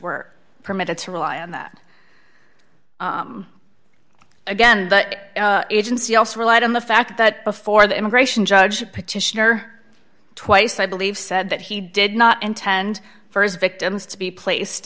were permitted to rely on that again but agency also relied on the fact that before the immigration judge petitioner twice i believe said that he did not intend for his victims to be placed